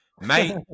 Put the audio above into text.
mate